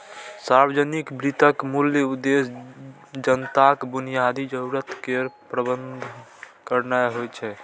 सार्वजनिक वित्तक मूल उद्देश्य जनताक बुनियादी जरूरत केर प्रबंध करनाय होइ छै